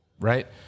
Right